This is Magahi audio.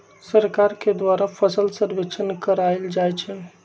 सरकार के द्वारा फसल सर्वेक्षण करायल जाइ छइ